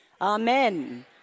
Amen